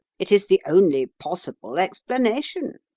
it is the only possible explanation.